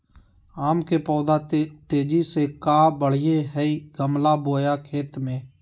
आम के पौधा तेजी से कहा बढ़य हैय गमला बोया खेत मे?